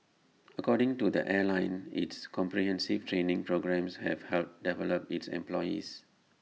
according to the airline its comprehensive training programmes have helped develop its employees